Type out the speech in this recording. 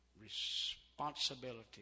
responsibility